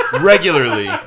regularly